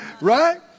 Right